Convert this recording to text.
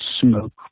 smoke